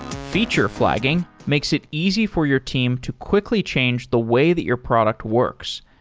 feature flagging makes it easy for your team to quickly change the way that your product works,